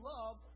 Love